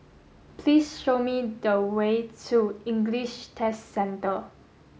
please show me the way to English Test Centre